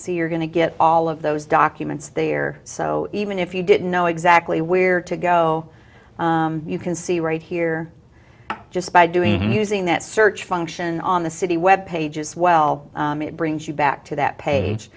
see you're going to get all of those documents there so even if you didn't know exactly where to go you can see right here just by doing using that search function on the city web pages well it brings you back to that page